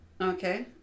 Okay